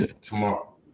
tomorrow